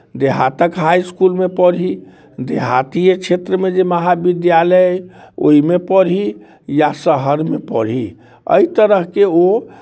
देहातक high इसकुलमे पढ़ी देहातिए क्षेत्रमे जे महाविद्यालय अइ ओहिमे पढ़ी या शहरमे पढ़ी एहि तरहके ओ